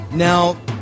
Now